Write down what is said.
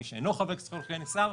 מי שאינו חבר כנסת יכול לכהן כשר,